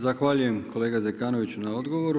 Zahvaljujem kolega Zekanoviću na odgovoru.